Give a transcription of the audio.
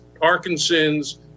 Parkinson's